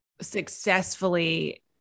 successfully